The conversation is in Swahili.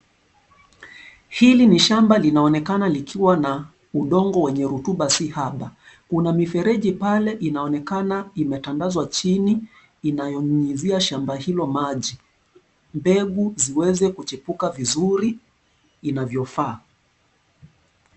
Hili ni shamba linaonekana likiwa na udongo wenye rotuba si haba. Una mifereji pale, inaonekana imetandazwa chini, inayonyunyizia shamba hilo maji, mbengu ziweze kuchipuka vizuri, inavyofaa.